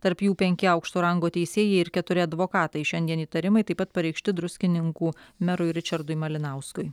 tarp jų penki aukšto rango teisėjai ir keturi advokatai šiandien įtarimai taip pat pareikšti druskininkų merui ričardui malinauskui